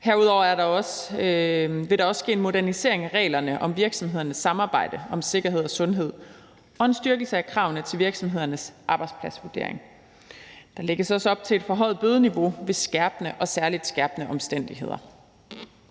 Herudover vil der også ske en modernisering af reglerne om virksomhedernes samarbejde om sikkerhed og sundhed og en styrkelse af kravene til virksomhedernes arbejdspladsvurdering. Der lægges også op til et forhøjet bødeniveau ved skærpende eller særligt skærpende omstændigheder.